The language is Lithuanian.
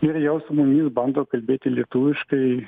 ir jau su mumis bando kalbėti lietuviškai